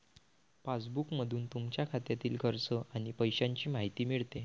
पासबुकमधून तुमच्या खात्यातील खर्च आणि पैशांची माहिती मिळते